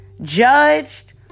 judged